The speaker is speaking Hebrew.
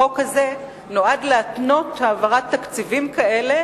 החוק נועד להתנות העברת תקציבים כאלה